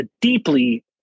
deeply